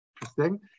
Interesting